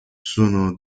sono